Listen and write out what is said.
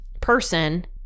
person